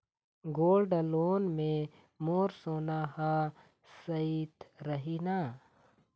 Gold loan मे मोर सोना हा सइत रही न?